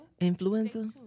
Influenza